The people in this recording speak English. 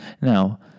Now